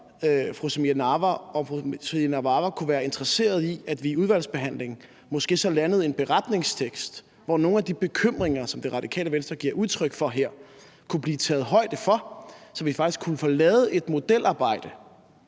fru Samira Nawa, om fru Samira Nawa kunne være interesseret i, at vi i udvalgsbehandlingen måske så landede en beretningstekst, hvor der kunne blive taget højde for nogle af de bekymringer, som Radikale Venstre giver udtryk for her, så vi faktisk kunne få lavet et modelarbejde